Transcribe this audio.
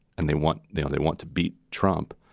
and they want they know they want to beat trump.